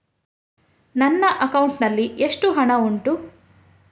ನನ್ನ ಅಕೌಂಟ್ ನಲ್ಲಿ ಎಷ್ಟು ಹಣ ಉಂಟು?